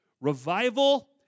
Revival